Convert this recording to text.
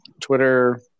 Twitter